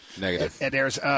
Negative